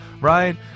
right